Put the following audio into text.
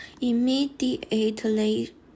immediately